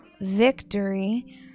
victory